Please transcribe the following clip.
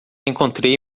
encontrei